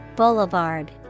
Boulevard